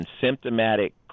symptomatic